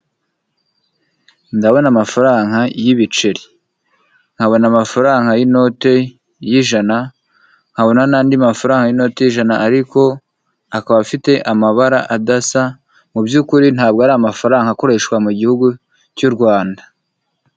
Ndabona amafaranga y'ibiceri nkabona amafaranga y'inote y'ijana nkabona n'andi mafaranga inoti y’ ijana ariko akaba afite amabara adasa mubyukuri ntabwo ari amafaranga akoreshwa mu gihugu cy'u Rwanda